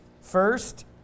first